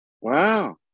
Wow